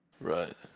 Right